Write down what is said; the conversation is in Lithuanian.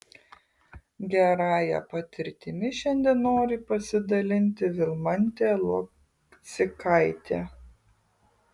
gerąja patirtimi šiandien nori pasidalinti vilmantė lokcikaitė